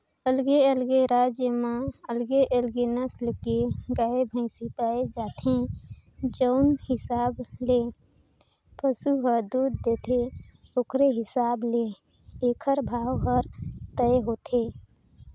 अलगे अलगे राज म अलगे अलगे नसल के गाय, भइसी पाए जाथे, जउन हिसाब ले पसु ह दूद देथे ओखरे हिसाब ले एखर भाव हर तय होथे